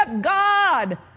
God